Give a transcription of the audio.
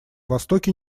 востоке